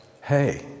hey